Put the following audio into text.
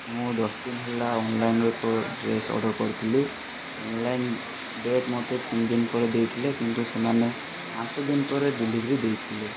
ମୁଁ ଦଶଦିନ ହେଲା ଅନଲାଇନରୁ ଏକ ଡ୍ରେସ ଅର୍ଡ଼ର କରିଥିଲି ଅନଲାଇନ ଡେଟ୍ ମୋତେ ତିନିଦିନ ପରେ ଦେଇଥିଲେ କିନ୍ତୁ ସେମାନେ ପାଞ୍ଚ ଦିନ ପରେ ଡେଲିଭରି ଦେଇଥିଲେ